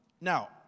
Now